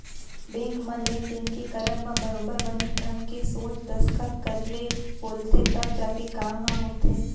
bank म लेन देन के करब म बरोबर बने ढंग के सोझ दस्खत करे ले बोलथे तब जाके काम ह होथे